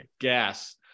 Gas